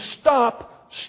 stop